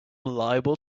liable